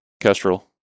kestrel